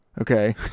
Okay